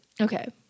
okay